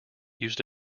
used